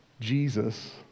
Jesus